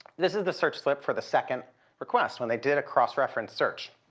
this is the search slip for the second request when they did a cross-reference search.